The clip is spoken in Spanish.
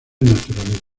naturaleza